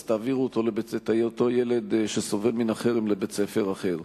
אז תעבירו את אותו ילד שסובל מן החרם לבית-ספר אחר.